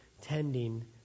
tending